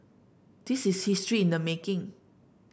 this is history in the making